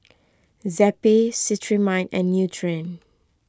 Zappy Cetrimide and Nutren